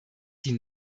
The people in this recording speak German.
die